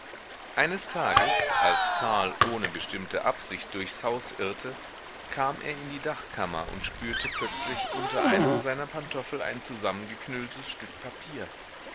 eines tages als karl ohne bestimmte absicht durchs haus irrte kam er in die dachkammer und spürte plötzlich unter einem seiner pantoffel ein zusammengeknülltes stück papier